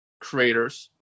creators